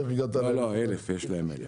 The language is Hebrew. איך הגעת ל-1,000 עובדים?